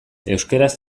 euskaraz